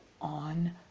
on